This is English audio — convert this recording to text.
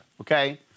okay